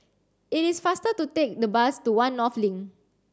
it is faster to take the bus to One North Link